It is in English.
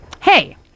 Hey